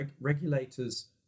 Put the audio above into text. Regulators